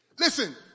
Listen